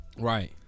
Right